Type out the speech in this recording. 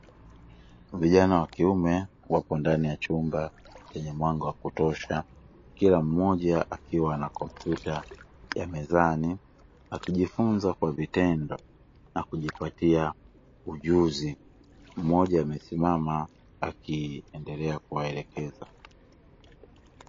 Vijana wa kiume wapo ndani ya chumba chenye mwango wa kutosha. Kila mmoja akiwa na kompyuta ya mezani akijifunza kwa vitendo na kujipatia ujuzi. Mmoja amesimama akiendelea kuwaelekeza.